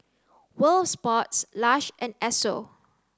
world of Sports Lush and Esso